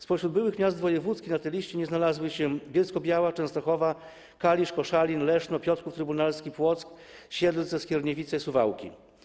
Spośród byłych miast wojewódzkich na tej liście nie znalazły się Bielsko-Biała, Częstochowa, Kalisz, Koszalin, Leszno, Piotrków Trybunalski, Płock, Siedlce, Skierniewice i Suwałki.